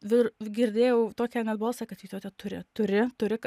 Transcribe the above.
vir girdėjau tokią net balsą kad vytaute turi turi turi